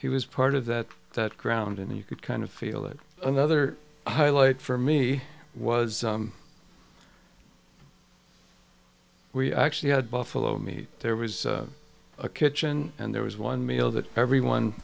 he was part of that that ground and you could kind of feel it another highlight for me was we actually had buffalo meat there was a kitchen and there was one meal that everyone